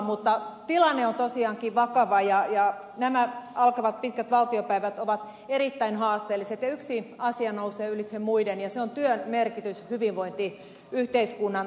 mutta tilanne on tosiaankin vakava ja nämä alkavat pitkät valtiopäivät ovat erittäin haasteelliset ja yksi asia nousee ylitse muiden ja se on työn merkitys hyvinvointiyhteiskunnan pelastamisessa